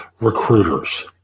Recruiters